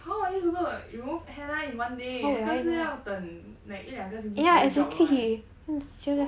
how are you supposed to remove !hanna! in one day 那个是要等 like 一两个星期才会 drop 得来